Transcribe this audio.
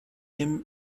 him